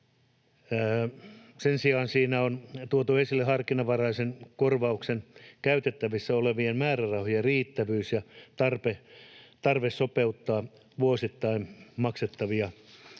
Sen sijaan siinä on tuotu esille harkinnanvaraiseen korvaukseen käytettävissä olevien määrärahojen riittävyys ja tarve sopeuttaa vuosittain maksettavia kor-vauksia.